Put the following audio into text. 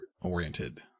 oriented